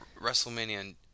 WrestleMania